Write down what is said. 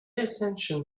attention